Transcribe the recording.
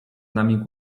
nami